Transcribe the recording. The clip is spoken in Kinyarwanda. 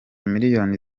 miliyoni